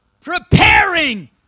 Preparing